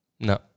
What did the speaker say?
No